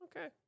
Okay